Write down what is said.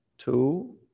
Two